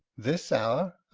this hour!